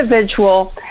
individual